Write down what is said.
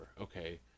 Okay